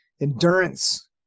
endurance